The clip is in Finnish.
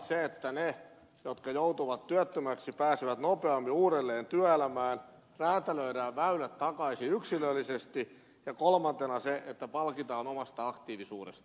se että ne jotka joutuvat työttömäksi pääsevät nopeammin uudelleen työelämään se että räätälöidään väylät takaisin yksilöllisesti ja kolmantena se että palkitaan omasta aktiivisuudesta